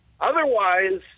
Otherwise